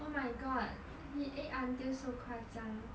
oh my god he ate until so 夸张